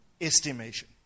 estimation